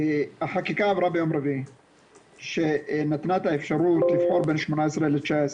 החקיקה עברה ביום רביעי והיא נתנה את האפשרות לבחור בין 2018 ל-2019.